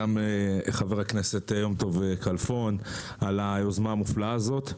לשרן ולחבר הכנסת יום טוב כלפון, על היוזמה הזאת.